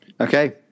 Okay